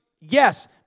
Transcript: yes